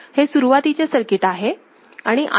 हे सुरुवातीचे सर्किट आहे